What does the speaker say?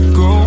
go